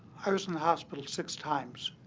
i was in the hospital six times,